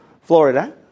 Florida